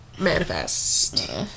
manifest